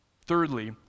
Thirdly